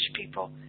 people